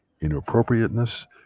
inappropriateness